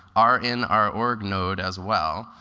are in our org node as well.